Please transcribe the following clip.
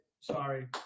sorry